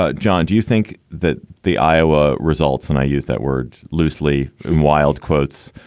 ah john, do you think that the iowa results and i use that word loosely and wild quotes,